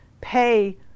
pay